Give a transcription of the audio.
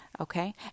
Okay